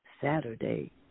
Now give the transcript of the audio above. Saturday